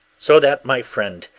so that, my friend,